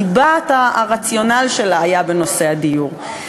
ליבת הרציונל שלה הייתה בנושא הדיור,